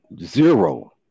Zero